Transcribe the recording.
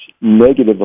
negative